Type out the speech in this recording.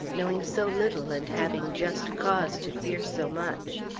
knowing so little and having just cause to fear so much.